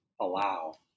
allow